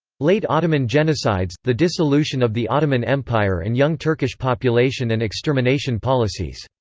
late ottoman genocides the dissolution of the ottoman empire and young turkish population and extermination policies.